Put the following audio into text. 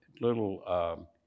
little